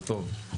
זה טוב.